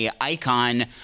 icon